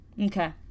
Okay